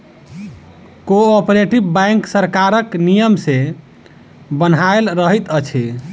cooperative bank सरकारक नियम सॅ बन्हायल रहैत अछि